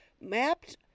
mapped